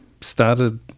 started